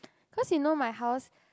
cause you know my house